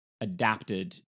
adapted